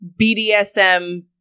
BDSM